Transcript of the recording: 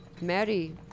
Mary